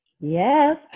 yes